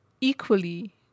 equally